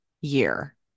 year